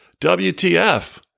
WTF